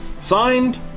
Signed